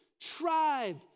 tribe